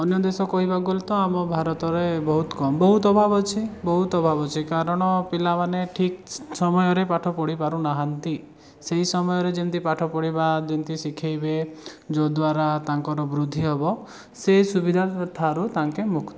ଅନ୍ୟ ଦେଶ କହିବାକୁ ଗଲେ ତ ଆମ ଭାରତରେ ବହୁତ କମ୍ ବହୁତ ଅଭାବ ଅଛି ବହୁତ ଅଭାବ ଅଛି କାରଣ ପିଲାମାନେ ଠିକ୍ ସମୟରେ ପାଠ ପଢ଼ି ପାରୁ ନାହାନ୍ତି ସେଇ ସମୟରେ ଯେମତି ପାଠପଢ଼ିବା ଯେମତି ଶିଖେଇବେ ଯାହାଦ୍ୱାରା ତାଙ୍କର ବୃଦ୍ଧି ହେବ ସେ ସୁବିଧା ଠାରୁ ତାଙ୍କେ ମୁକ୍ତ